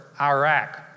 Iraq